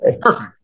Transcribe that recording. Perfect